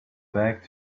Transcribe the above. back